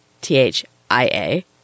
T-H-I-A